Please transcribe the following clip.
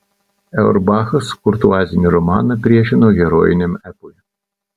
auerbachas kurtuazinį romaną priešino herojiniam epui